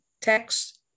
text